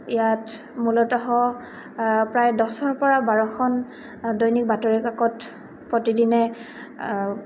ইয়াত মূলতঃ প্ৰায় দহৰ পৰা বাৰখন দৈনিক বাতৰি কাকত প্ৰতিদিনে